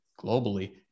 globally